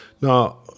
Now